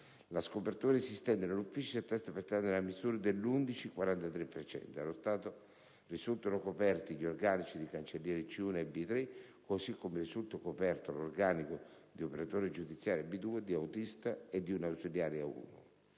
La scopertura esistente nell'ufficio si attesta, pertanto, nella misura dell'11,43 per cento. Allo stato, infatti, risultano coperti gli organici di cancelliere C1 e B3, così come risulta coperto anche l'organico di operatore giudiziario B2, di autista e di un ausiliario A1.